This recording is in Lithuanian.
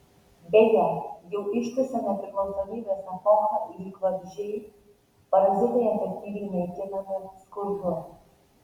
beje jau ištisą nepriklausomybės epochą lyg vabzdžiai parazitai efektyviai naikinami skurdu